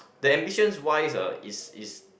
the ambitions wise uh is is